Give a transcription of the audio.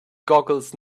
googles